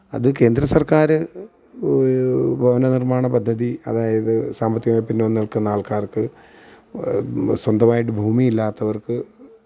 അത് കേന്ദ്രസര്ക്കാർ ഭവനനിര്മ്മാണ പദ്ധതി അതായത് സാമ്പത്തികമായി പിന്നോക്കം നില്ക്കുന്ന ആള്ക്കാര്ക്ക് സ്വന്തമായിട്ട് ഭൂമിയില്ലാത്തവര്ക്ക്